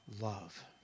love